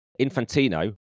Infantino